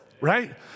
right